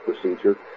procedure